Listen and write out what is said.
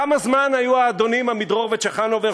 כמה זמן היו האדונים עמידרור וצ'חנובר,